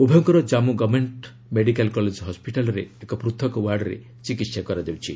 ଉଭୟଙ୍କର କମ୍ମୁ government medical college ହସ୍ୱିଟାଲ୍ରେ ଏକ ପୂଥକ୍ ୱାର୍ଡ଼ରେ ଚିକିତ୍ସା କରାଯାଉଛି